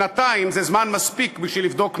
שנתיים זה זמן מספיק בשביל לבדוק נוהל.